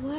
what